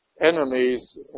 enemies